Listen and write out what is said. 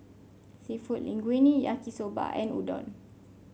seafood Linguine Yaki Soba and Udon